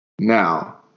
Now